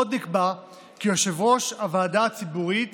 עוד נקבע כי יושב-ראש הוועדה הציבורית